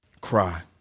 cry